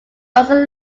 also